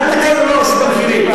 אל תקלו ראש במחירים.